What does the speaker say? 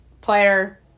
player